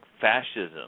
fascism